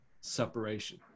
separation